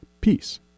Peace